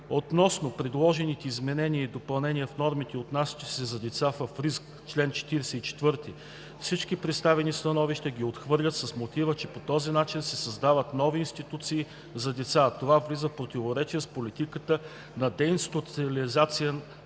Относно предложените изменения и допълнения в нормите отнасящи се до деца в риск (чл. 44), всички представени становища ги отхвърлят с мотива, че по този начин се създават нови институции за деца, а това влиза в противоречие с политиката за деинституционализация на